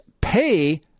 pay